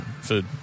food